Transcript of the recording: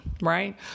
right